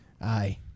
Aye